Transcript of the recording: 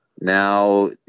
now